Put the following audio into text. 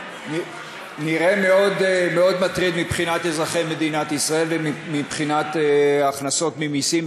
נראה מאוד מטריד מבחינת אזרחי מדינת ישראל ומבחינת ההכנסות ממסים,